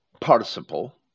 participle